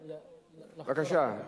בבקשה.